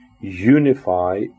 unify